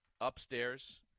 upstairs